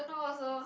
don't know also